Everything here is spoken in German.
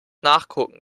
nachgucken